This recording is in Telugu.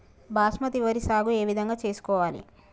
బాస్మతి వరి సాగు ఏ విధంగా చేసుకోవాలి?